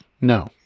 No